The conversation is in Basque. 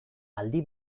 aldi